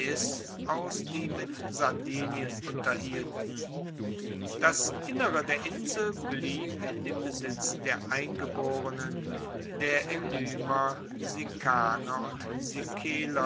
aus die mit sardinien unterhielten das innere der insel blieb in dem besitz der eingeborenen der elymer sikaner sikeler